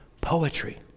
poetry